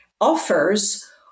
offers